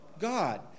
God